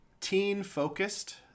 teen-focused